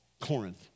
Corinth